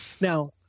Now